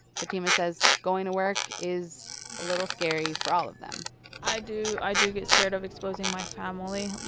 fatima says going to work is a little scary for all of them i do i do get scared of exposing my family. you